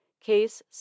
Case